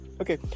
Okay